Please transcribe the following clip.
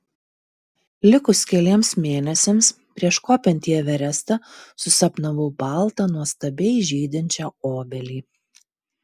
likus keliems mėnesiams prieš kopiant į everestą susapnavau baltą nuostabiai žydinčią obelį